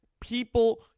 people